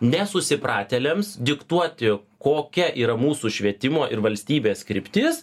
nesusipratėliams diktuoti kokia yra mūsų švietimo ir valstybės kryptis